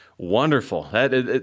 Wonderful